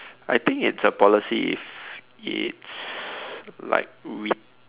I think it's a policy if it's like we